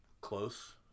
close